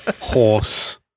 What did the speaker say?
Horse